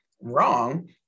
wrong